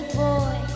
boy